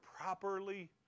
properly